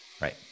Right